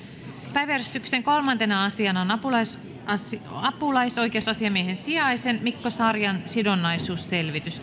päiväjärjestyksen kolmantena asiana on apulaisoikeusasiamiehen apulaisoikeusasiamiehen sijaisen mikko sarjan sidonnaisuusselvitys